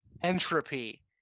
entropy